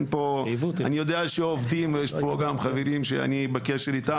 אני יודע שעובדים ויש פה גם חברים שאני בקשר איתם.